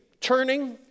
Turning